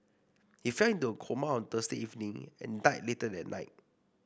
he fell into a coma on Thursday evening and died later that night